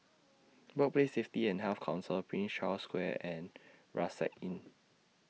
Workplace Safety and Health Council Prince Charles Square and Rucksack Inn